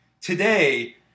today